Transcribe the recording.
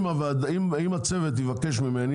אם הצוות יבקש ממני,